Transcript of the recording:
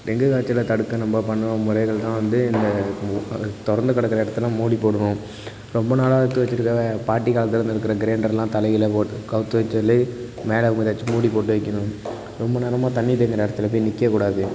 dengue காய்ச்சலை தடுக்க நம்ம பண்ணும் முறைகள் தான் வந்து இந்த திறந்து கடக்கிற இடத்துல மூடி போடணும் ரொம்ப நாளாக எடுத்து வச்சிருக்க பாட்டி காலத்துலேருந்து இருக்கிற கிரைண்டர்லாம் தலைகீழா போ கவுத்து வச்சாலே மேலே ஏதாச்சும் மூடி போட்டு வைக்கணும் ரொம்ப நேரமாக தண்ணி தேங்குகிற இடத்துல போய் நிற்க கூடாது